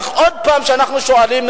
אבל כשאנחנו שואלים,